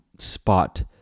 Spot